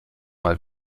mal